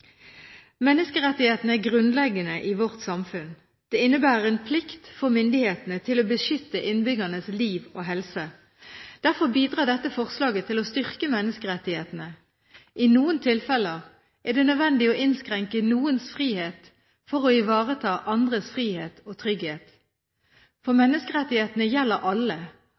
Menneskerettighetene er grunnleggende i vårt samfunn. De innebærer en plikt for myndighetene til å beskytte innbyggernes liv og helse. Derfor bidrar dette forslaget til å styrke menneskerettighetene. I noen tilfeller er det nødvendig å innskrenke noens frihet for å ivareta andres frihet og trygghet, for menneskerettighetene gjelder alle,